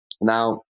now